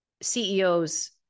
CEOs